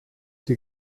die